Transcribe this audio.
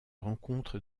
rencontre